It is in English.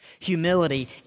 Humility